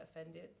offended